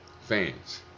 fans